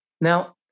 Now